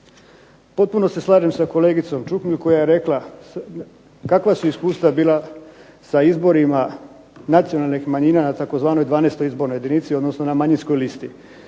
Potpuno se slažem sa kolegicom Čuhnil koja je rekla kakva su iskustva bila sa izborima nacionalnih manjina na tzv. 12. izbornoj jedinici odnosno na manjinskoj listi.